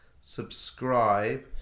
subscribe